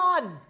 God